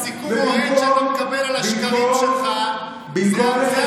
הסיקור האוהד שאתה מקבל על השקרים שלך זה,